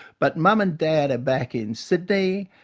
but mum and dad are back in sydney.